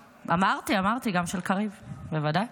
אמרתי, גם של קריב, בוודאי.